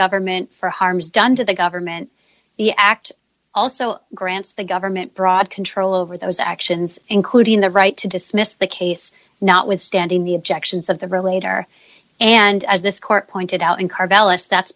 government for harms done to the government the act also grants the government broad control over those actions including the right to dismiss the case notwithstanding the objections of the relator and as this court pointed out in car balance that's